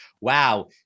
wow